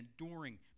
enduring